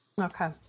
Okay